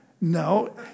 No